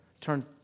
Turn